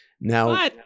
Now